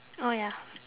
oh ya